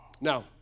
Now